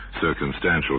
circumstantial